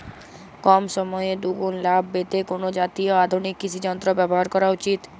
কম সময়ে দুগুন লাভ পেতে কোন জাতীয় আধুনিক কৃষি যন্ত্র ব্যবহার করা উচিৎ?